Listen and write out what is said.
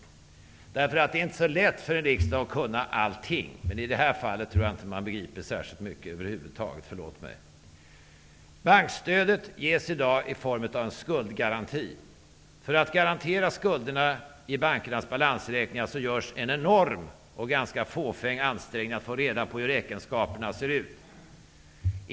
Det är inte så lätt för riksdagen att kunna allting, men i det här fallet tror jag inte att man begriper särskilt mycket över huvud taget -- förlåt mig! Bankstödet ges i dag i form av en skuldgaranti. För att garantera skulderna i bankernas balansräkningar görs en enorm och ganska fåfäng ansträngning att få reda på hur räkenskaperna ser ut.